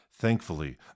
Thankfully